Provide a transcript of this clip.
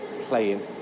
playing